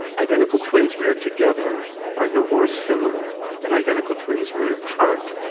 identical twins reared together are no more similar than identical twins reared apart,